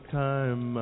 time